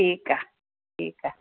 ठीकु आहे ठीकु आहे